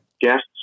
guests